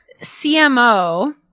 CMO